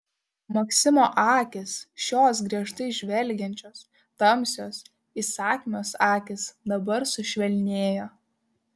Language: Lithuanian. maksimo akys šios griežtai žvelgiančios tamsios įsakmios akys dabar sušvelnėjo